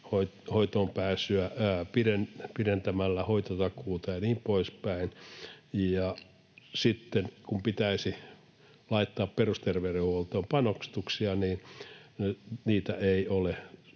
hoitotakuuta pidentämällä ja niin poispäin, ja sitten kun pitäisi laittaa perusterveydenhuoltoon panostuksia, niin niitä ei ole.